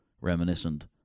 reminiscent